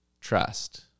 trust